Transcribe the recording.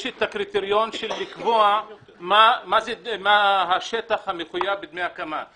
יש את הקריטריון של לקבוע מה השטח המחויב בדמי הקמה,